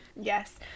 yes